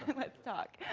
let's talk.